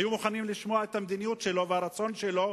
היו מוכנים לשמוע את המדיניות שלו ואת הרצון שלו